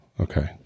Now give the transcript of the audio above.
Okay